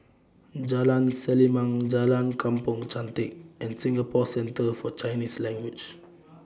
Jalan Selimang Jalan Kampong Chantek and Singapore Centre For Chinese Language